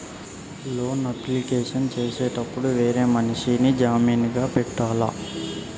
Loan application చేసేటప్పుడు వేరే మనిషిని జామీన్ గా పెట్టాల్నా?